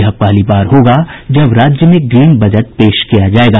यह पहली बार होगा जब राज्य में ग्रीन बजट पेश किया जायेगा